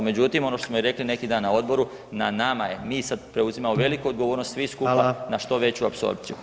Međutim, ono što smo i rekli neki dan na odboru, na nama je, mi sad preuzimamo veliku odgovornost svi skupa [[Upadica: Hvala]] na što veću apsorpciju.